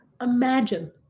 imagine